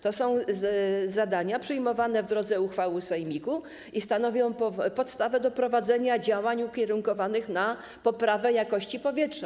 To są zadania przyjmowane w drodze uchwał sejmiku i stanowią podstawę do prowadzenia działań ukierunkowanych na poprawę jakości powietrza.